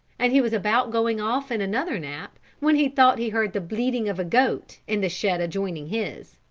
and he was about going off in another nap when he thought he heard the bleating of a goat in the shed adjoining his.